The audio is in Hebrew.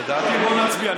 לדעתי, בוא להצביע.